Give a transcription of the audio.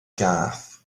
gath